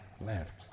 Left